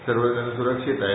सर्वजण सूरक्षित आहेत